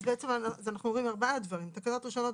אז אנחנו אומרים ארבעה דברים: תקנות ראשונות,